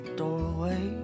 doorway